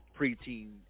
preteen